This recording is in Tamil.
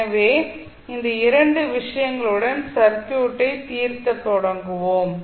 எனவே இந்த 2 விஷயங்களுடன் சர்க்யூட்டை தீர்க்க தொடர்வோம்